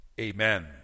amen